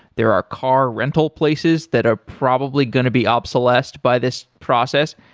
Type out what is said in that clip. there are car rental places that are probably going to be obsolesced by this process.